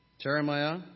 Jeremiah